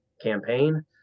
campaign